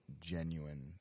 genuine